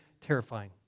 terrifying